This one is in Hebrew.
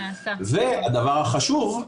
והדבר החשוב,